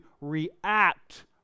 react